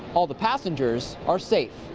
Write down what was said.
all the passengers are safe.